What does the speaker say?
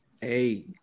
Hey